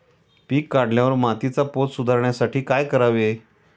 पीक काढल्यावर मातीचा पोत सुधारण्यासाठी काय करावे?